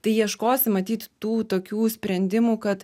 tai ieškosim matyt tų tokių sprendimų kad